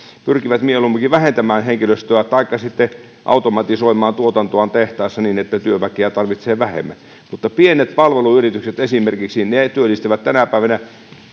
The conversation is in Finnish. pyrkivät mieluumminkin vähentämään henkilöstöä taikka sitten automatisoimaan tuotantoaan tehtaissa niin että työväkeä tarvitsee vähemmän mutta esimerkiksi pienet palveluyritykset työllistävät tänä päivänä